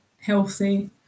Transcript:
healthy